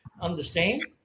understand